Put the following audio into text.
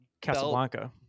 Casablanca